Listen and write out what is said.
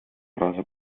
rosa